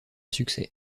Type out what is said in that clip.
succès